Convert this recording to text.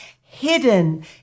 hidden